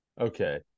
Okay